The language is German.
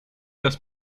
das